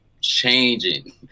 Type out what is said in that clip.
changing